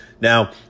Now